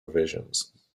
revisions